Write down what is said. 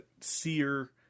Seer